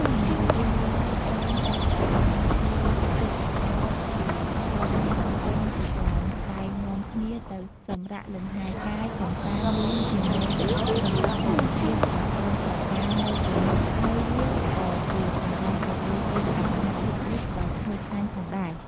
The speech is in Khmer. នៅរៀងរាល់ចុងសប្ដាហ៍មានភ្ញៀវទេសចរណ៍ពីក្រុងភ្នំពេញជាច្រើនតែង នាំគ្នាទៅសម្រាកលំហែរកាយកម្សាន្តលេងជាមួយនឹងសម្រស់ធម្មជាតិដ៏ស្រស់ត្រកាលនៅទីនោះ ហើយវាក៏ជាកន្លែងទទួលទានអាហារភិកនីកដ៏ឈ្ងុយឆ្ងាញ់ផងដែរ។